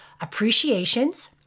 appreciations